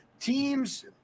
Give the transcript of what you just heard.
teams –